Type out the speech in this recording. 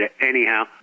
anyhow